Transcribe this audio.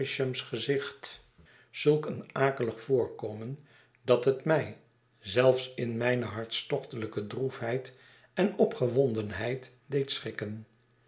gezicht zulk een akelig voorkomen dat het mij zelfs in mijne hartstochtelijke droef heid en opgewondenheid deed schrikken